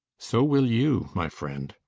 so will you, my friend.